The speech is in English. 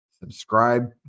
subscribe